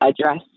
address